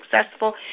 successful